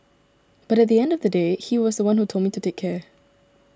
but at the end of the day he was the one who told me to take care